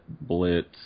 Blitz